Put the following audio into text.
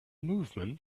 movement